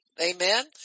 Amen